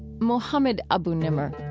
mohammed abu-nimer.